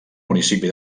municipi